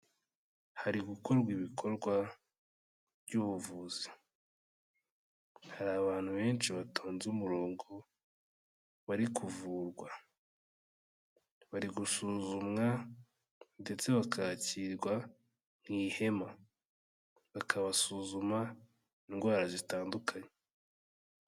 Hari gukorwa ibikorwa by'ubuvuzi. Hari abantu benshi batonze umurongo bari kuvurwa. Bari gusuzumwa ndetse bakakirwa mu ihema. Bakabasuzuma indwara zitandukanye.